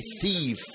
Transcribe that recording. thief